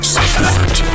Support